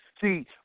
See